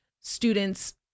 students